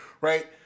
right